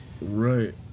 Right